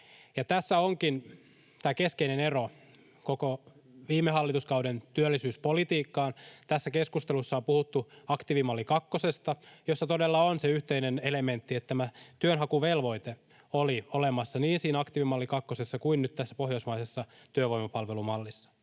tässä onkin tämä keskeinen ero koko viime hallituskauden työllisyyspolitiikkaan. Tässä keskustelussa on puhuttu aktiivimalli kakkosesta, jossa todella oli se yhteinen elementti, että tämä työnhakuvelvoite oli olemassa niin siinä aktiivimalli kakkosessa kuin nyt tässä pohjoismaisessa työvoimapalvelumallissa.